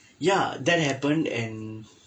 ya that happened and